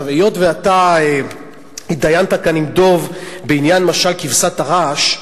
היות שאתה התדיינת פה עם דב בעניין משל כבשת הרש,